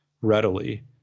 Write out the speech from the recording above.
readily